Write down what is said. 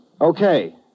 Okay